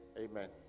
Amen